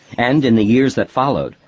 and in the years, that followed,